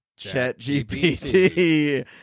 ChatGPT